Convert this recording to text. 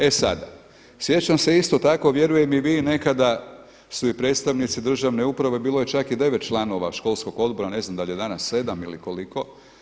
E sada, sjećam se isto tako vjerujem i vi nekada su i predstavnici državne uprave, bilo je čak i 9 članova školskog odbora, ne znam da li je danas 7 ili koliko.